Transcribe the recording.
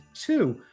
two